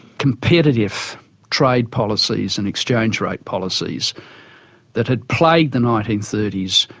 competitive trade policies and exchange rate policies that had plagued the nineteen thirty s,